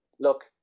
Look